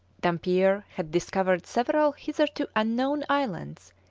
dampier had discovered several hitherto unknown islands,